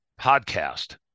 podcast